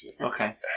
Okay